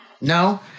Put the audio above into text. No